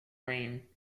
lane